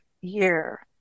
year